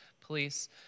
police